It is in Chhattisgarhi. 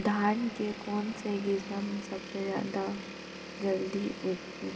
धान के कोन से किसम सबसे जलदी उगथे?